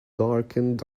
darkened